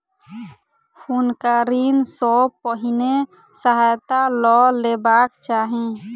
हुनका ऋण सॅ पहिने सहायता लअ लेबाक चाही